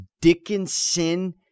Dickinson